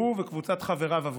שהוא וקבוצת חבריו עברו,